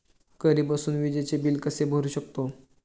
घरी बसून विजेचे बिल कसे भरू शकतो?